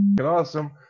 awesome